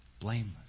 blameless